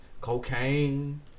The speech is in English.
cocaine